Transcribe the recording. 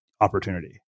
opportunity